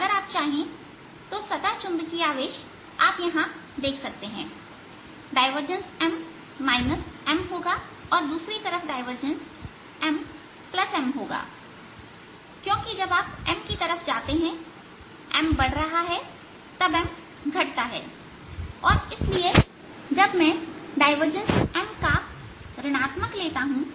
अगर आप चाहें तो सतह चुंबकीय आवेश आप यहां देख सकते हैं डायवर्जेस M M होगा और दूसरी तरफ डायवर्जेस MM होगा क्योंकि जब आप M की तरफ जाते हैंM बढ़ रहा है तब M घटता है और इसलिए जब मैं डायवर्जेस M का ऋण आत्मक लेता हूं